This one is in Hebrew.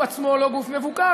הוא עצמו לא גוף מבוקר,